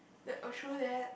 that oh true that